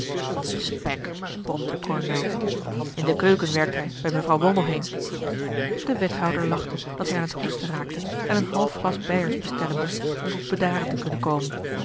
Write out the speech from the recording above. spek bromde de kolonel in de keuken werkt hij bij mevrouw wandelheem de wethouder lachte dat hij aan het hoesten raakte en een half glas beijersch bestellen moest om tot bedaren te kunnen komen